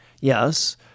Yes